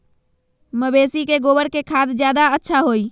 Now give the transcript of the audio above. मवेसी के गोबर के खाद ज्यादा अच्छा होई?